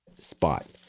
spot